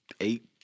eight